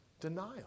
denial